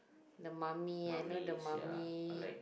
the mummy I know the mummy